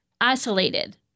isolated